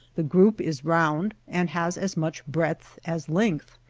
the group is round, and has as much breadth as length.